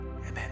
Amen